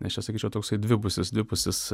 nes čia pasakysiu toksai dvipusis dvipusis